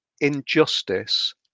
injustice